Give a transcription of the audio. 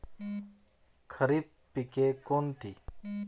खरीप पिके कोणती?